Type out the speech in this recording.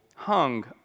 Hung